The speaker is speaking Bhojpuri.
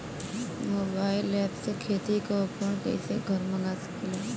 मोबाइल ऐपसे खेती के उपकरण कइसे घर मगा सकीला?